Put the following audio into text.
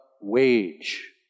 wage